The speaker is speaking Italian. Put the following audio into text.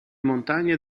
montagne